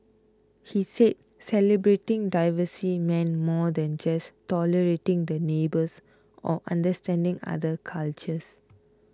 he said celebrating diversity meant more than just tolerating the neighbours or understanding other cultures